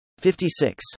56